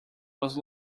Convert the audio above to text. was